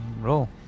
Roll